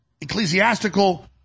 ecclesiastical